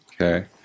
okay